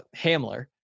Hamler